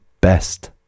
best